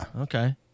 Okay